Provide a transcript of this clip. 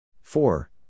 Four